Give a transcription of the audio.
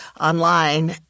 online